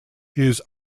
his